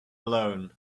alone